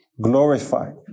glorified